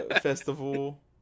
Festival